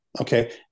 okay